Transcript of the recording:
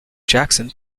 jackson